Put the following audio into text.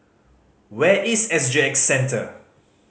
where is S G X Centre